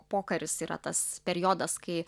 pokaris yra tas periodas kai